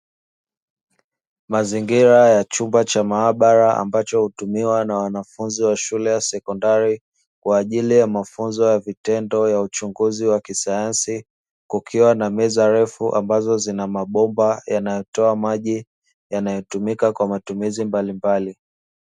Mazingira ya chumba cha maabara ambacho hutumiwa na wanafunzi wa shule ya sekonfari kwa ajili ya mafunzo ya vitendo ya uchunguzi wa kisayansi, kukiwa na meza refu ambazo zina mabomba yanayotoa maji yanayotumika kwa matumizi mbali mbali.